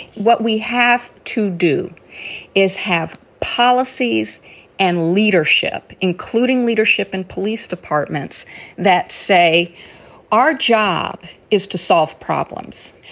what we have to do is have policies and leadership, including leadership and police departments that say our job is to solve problems.